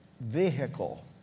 vehicle